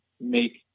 make